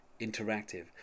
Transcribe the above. interactive